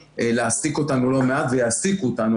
להעסיק אותנו לא מעט ויעסיקו אותנו,